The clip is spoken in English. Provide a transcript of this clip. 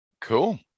Cool